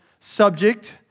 subject